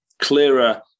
clearer